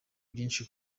byinshi